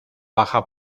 baja